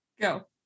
Go